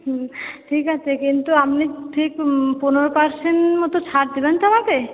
হুম ঠিক আছে কিন্তু আপনি ঠিক পনেরো পারসেন্ট মতো ছাড় দেবেন তো আমাকে